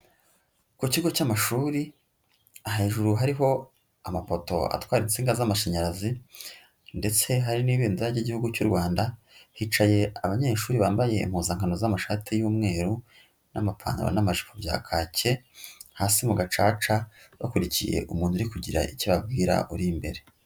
Ku kigo cy'amashuri, hejuru hariho amapoto atwara insinga z'amashanyarazi ndetse hari n'ibendera ry'igihugu cy'u Rwanda, hicaye abanyeshuri bambaye impuzankano z'amashati y'umweru n'amapantaro n'amajipo bya kake, hasi mu gacaca bakurikiye umuntu uri kugira icyo ababwira, uri imbere.